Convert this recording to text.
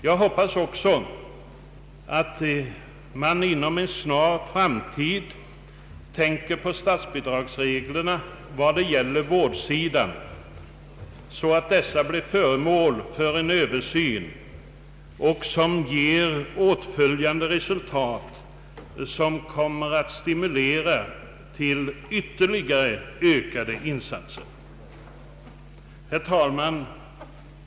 Jag hoppas också att man inom en snar framtid tänker på statsbidragsreglerna vad det gäller vårdsidan så att dessa blir föremål för en översyn med åtföljande resultat som kommer att stimulera till ytterligare ökade insatser. Herr talman!